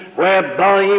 whereby